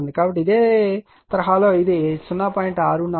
కాబట్టి ఇది 0